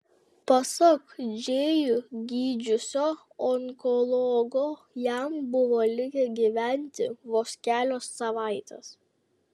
pasak džėjų gydžiusio onkologo jam buvo likę gyventi vos kelios savaitės